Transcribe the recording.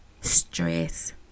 stress